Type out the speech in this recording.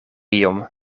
iom